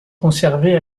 conservées